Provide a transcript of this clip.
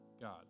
God